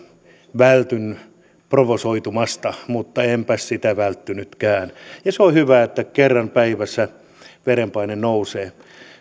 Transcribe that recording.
vältyn provosoitumasta mutta enpäs välttynytkään ja se on hyvä että kerran päivässä verenpaine nousee